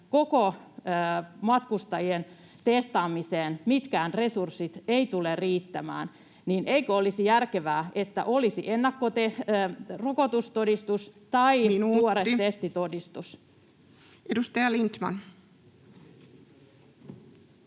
matkustajien testaamiseen mitkään resurssit eivät tule riittämään, niin eikö olisi järkevää, että olisi rokotustodistus [Puhemies: Minuutti!] tai tuore testitodistus. Edustaja Lindtman.